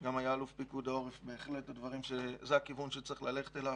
שגם היה אלוף פיקוד העורף בהחלט זה הכיוון שצריך ללכת אליו.